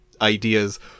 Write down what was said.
ideas